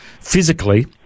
physically